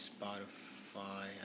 Spotify